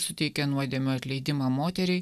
suteikė nuodėmių atleidimą moteriai